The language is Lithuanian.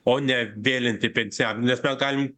o ne vėlinti pensinį amžių nes mes galim